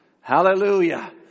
Hallelujah